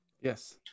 yes